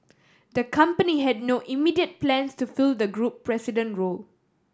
the company had no immediate plans to fill the group president role